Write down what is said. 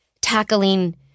tackling